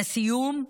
לסיום,